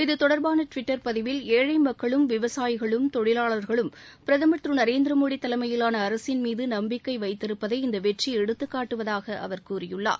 இது தொடர்பான டுவிட்டர் பதிவில் ஏழை மக்களும் விவசாயிகளும் தொழிவாளர்களும் பிரதமா் திரு நரேந்திரமோடி தலைமையிலான அரசின் மீது நம்பிக்கை வைத்திருப்பது இந்த வெற்றி எடுத்துக் காட்டுவதாக அவர் கூறியுள்ளார்